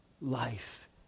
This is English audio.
life